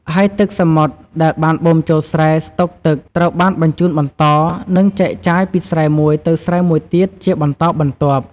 ហើយទឹកសមុទ្រដែលបានបូមចូលស្រែស្តុកទឹកត្រូវបានបញ្ជូនបន្ត និងចែកចាយពីស្រែមួយទៅស្រែមួយទៀតជាបន្តបន្ទាប់។